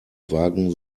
wagen